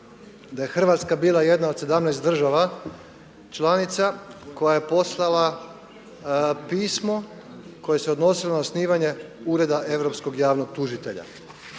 da je Hrvatska bila jedna od 17 država članica koja je poslala pismo koje se odnosilo na osnivanje Ureda europskog javnog tužitelja.